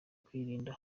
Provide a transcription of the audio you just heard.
kuyirinda